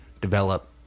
develop